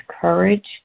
courage